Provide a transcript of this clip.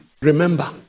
Remember